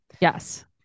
Yes